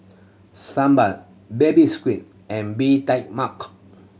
sambal Baby Squid and Bee Tai Mak